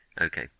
Okay